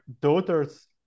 daughter's